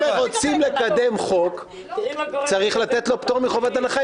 אם רוצים לקדם חוק, צריך לתת לו פטור מחובת הנחה.